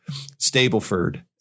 Stableford